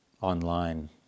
online